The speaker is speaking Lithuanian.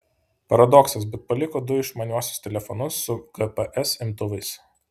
paradoksas bet paliko du išmaniuosius telefonus su gps imtuvais